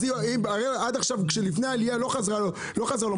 הרי עד עכשיו לפני העלייה לא חזרה לו משכנתה.